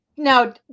Now